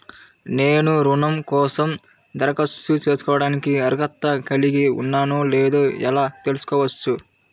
నేను రుణం కోసం దరఖాస్తు చేసుకోవడానికి అర్హత కలిగి ఉన్నానో లేదో ఎలా తెలుసుకోవచ్చు?